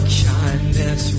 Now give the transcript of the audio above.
kindness